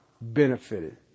benefited